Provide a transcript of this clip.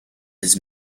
his